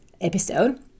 episode